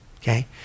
Okay